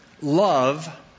love